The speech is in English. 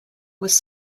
was